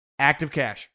activecash